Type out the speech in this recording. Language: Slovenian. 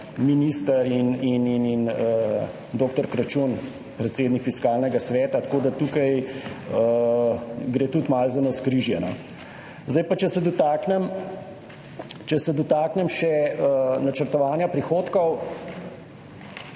minister in dr. Kračun, predsednik Fiskalnega sveta, tako da tukaj gre tudi malo za navzkrižje. Če se dotaknem še načrtovanja prihodkov.